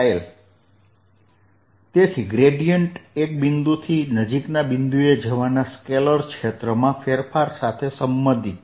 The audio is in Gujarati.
l તેથી ગ્રેડીયેંટ એક બિંદુથી નજીકના બિંદુએ જવાના સ્કેલર ક્ષેત્ર માં ફેરફાર સાથે સંબંધિત છે